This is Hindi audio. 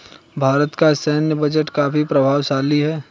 भारत का सैन्य बजट काफी प्रभावशाली है